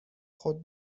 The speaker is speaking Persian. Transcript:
خود